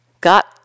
got